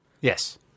Yes